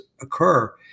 occur